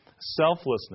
selflessness